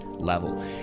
level